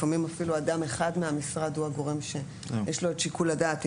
לפעמים אפילו אדם אחד מהמשרד הוא הגורם שיש לו את שיקול הדעת.